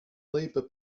labour